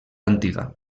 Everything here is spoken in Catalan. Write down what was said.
antiga